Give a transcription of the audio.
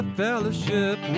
fellowship